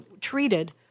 treated